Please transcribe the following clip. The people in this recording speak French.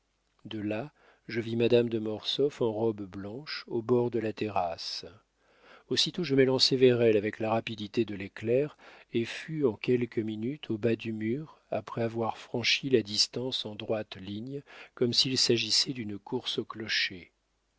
de là je vis madame de mortsauf en robe blanche au bord de la terrasse aussitôt je m'élançai vers elle avec la rapidité de l'éclair et fus en quelques minutes au bas du mur après avoir franchi la distance en droite ligne comme s'il s'agissait d'une course au clocher